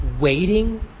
waiting